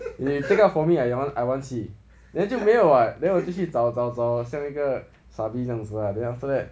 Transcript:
you take out for me that one I want see then 就没有 [what] then 我就去找找找像一个傻 B 这样子 lah then after that